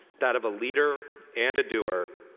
that of a leader and a doer,